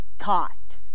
taught